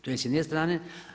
To je s jedne strane.